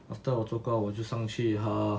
after 我做工我就上去喝